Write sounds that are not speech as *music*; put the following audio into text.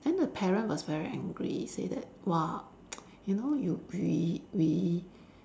then her parent was very angry say that !wah! *noise* you know you we we